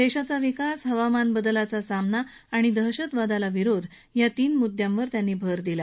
देशाचा विकास हवामान बदलाचा सामना आणि दहशतवादाला विरोध या तीन मुद्यांवर त्यांनी भर दिला